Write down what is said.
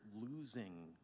losing